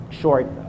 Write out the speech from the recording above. short